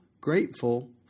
grateful